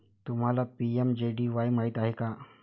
तुम्हाला पी.एम.जे.डी.वाई माहित आहे का?